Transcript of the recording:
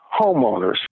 homeowners